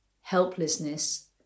helplessness